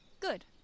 good